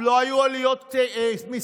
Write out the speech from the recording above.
לא היו עליות מיסים.